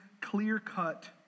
clear-cut